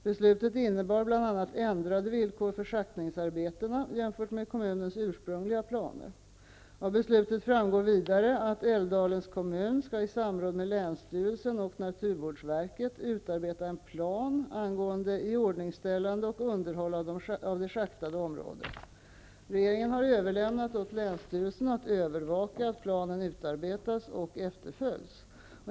Beslutet innebar bl.a. ändrade villkor för schaktningsarbetena, jämfört med kommunens ursprungliga planer. Av beslutet framgår vidare att Älvdalens kommun skall i samråd med länsstyrelsen och naturvårdsverket utarbeta en plan angående iordningställande och underhåll av det schaktade området. Regeringen har överlämnat åt länsstyrelsen att övervaka att planen utarbetas och efterföljs.